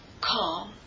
calm